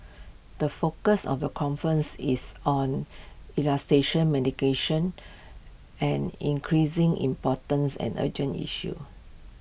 the focus of the conference is on medication an increasing importance and urgent issue